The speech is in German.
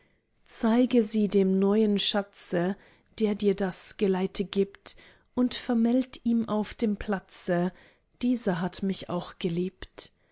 zeige sie dem neuen schatze der dir das geleite gibt und vermeld ihm auf dem platze dieser hat mich auch geliebt